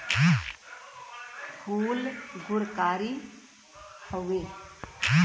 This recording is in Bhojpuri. फूल गुणकारी हउवे